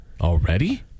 Already